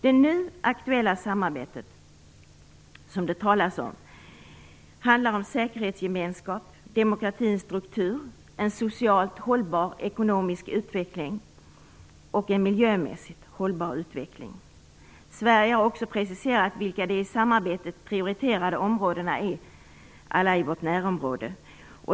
Det nu aktuella samarbete som det talas om handlar om säkerhetsgemenskap, demokratins struktur, en socialt hållbar ekonomisk utveckling och en miljömässigt hållbar utveckling. Sverige har också preciserat vilka de i samarbetet prioriterade områdena är, alla i vårt närområde.